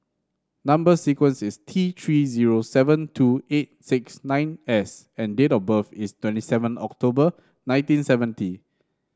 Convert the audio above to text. number sequence is T Three zero seven two eight six nine S and date of birth is twenty seven October nineteen seventy